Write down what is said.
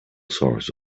source